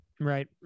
Right